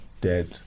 dead